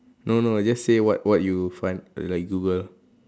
no no just say what what you find like Google